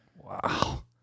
Wow